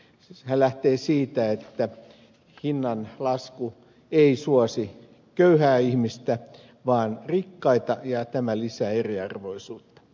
hän lähtee siitä että hinnan lasku ei suosi köyhää ihmistä vaan rikkaita ja tämä lisää eriarvoisuutta